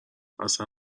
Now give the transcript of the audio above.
اصلا